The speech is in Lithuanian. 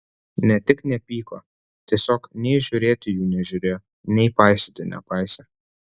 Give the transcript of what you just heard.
ne tik nepyko tiesiog nei žiūrėti jų nežiūrėjo nei paisyti nepaisė